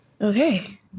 Okay